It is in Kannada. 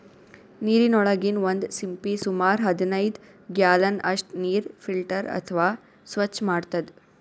ನೀರಿನೊಳಗಿನ್ ಒಂದ್ ಸಿಂಪಿ ಸುಮಾರ್ ಹದನೈದ್ ಗ್ಯಾಲನ್ ಅಷ್ಟ್ ನೀರ್ ಫಿಲ್ಟರ್ ಅಥವಾ ಸ್ವಚ್ಚ್ ಮಾಡ್ತದ್